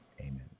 Amen